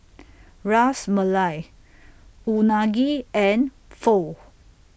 Ras Malai Unagi and Pho